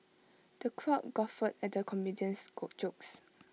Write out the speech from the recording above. the crowd guffawed at the comedian's jokes